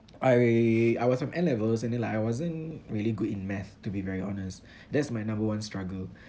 I I was from N levels and then like I wasn't really good in math to be very honest that's my number one struggle